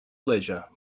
leisure